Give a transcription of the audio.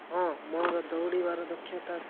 ହଁ ମୋର ଦୌଡ଼ିବାର ଦକ୍ଷତା